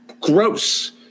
gross